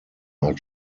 are